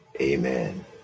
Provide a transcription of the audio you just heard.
amen